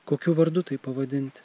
kokiu vardu taip pavadinti